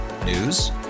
News